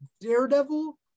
Daredevil